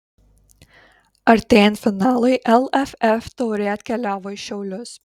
artėjant finalui lff taurė atkeliavo į šiaulius